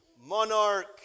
Monarch